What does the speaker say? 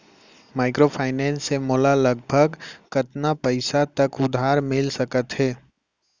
Microfinance से मोला लगभग कतना पइसा तक उधार मिलिस सकत हे?